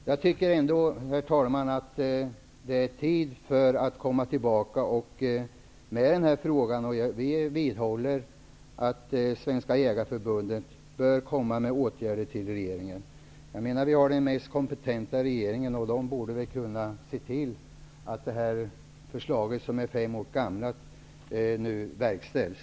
Herr talman! Jag tycker att det är tid att komma tillbaka med denna fråga. Vi vidhåller att Svenska jägareförbundet bör komma med förslag om åtgärder till regeringen. Vi har ju den mest kompetenta regeringen. Den borde kunna se till att beslutet, som nu är fem år gammalt, verkställs.